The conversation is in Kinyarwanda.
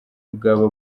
bwaba